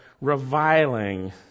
reviling